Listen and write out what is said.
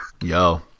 yo